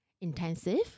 Intensive